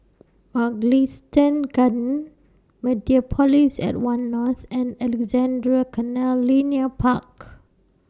Mugliston Gardens Mediapolis At one North and Alexandra Canal Linear Park